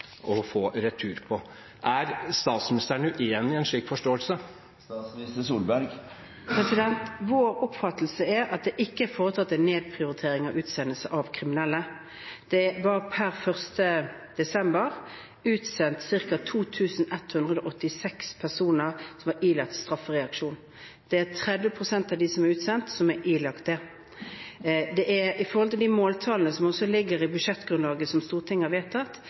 å få retur på. Er statsministeren uenig i en slik forståelse? Vår oppfatning er at det ikke er foretatt en nedprioritering av utsendelse av kriminelle. Det var per 1. desember utsendt 2 186 personer som var ilagt straffereaksjon – det er 30 pst. av dem som er utsendt, som er ilagt det. I forhold til de måltallene som også ligger i budsjettgrunnlaget som Stortinget har vedtatt,